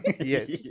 Yes